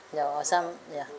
ya or some ya